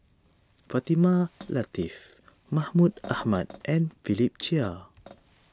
Fatimah Lateef Mahmud Ahmad and Philip Chia